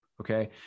Okay